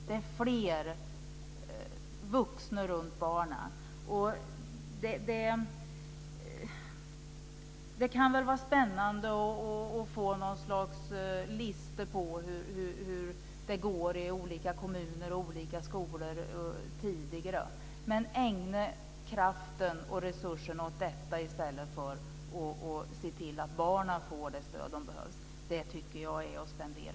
Det behövs fler vuxna runt barnen. Det kan nog vara spännande att få något slags lista på hur det går i olika kommuner och olika skolor. Men jag tycker att det är att spendera fel om man använder kraft och resurser till detta i stället för att se till att barnen får det stöd de behöver.